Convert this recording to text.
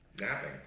napping